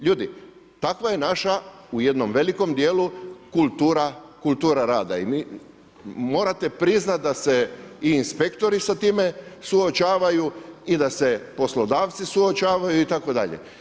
Ljudi, takva je naša, u jednom velikom dijelu kultura rada i mi, morate prizanti da se i inspektori sa time suočavaju i da se poslodavci suočavaju itd.